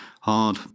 hard